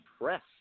press